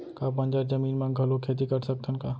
का बंजर जमीन म घलो खेती कर सकथन का?